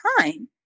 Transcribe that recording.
time